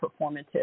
performative